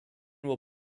were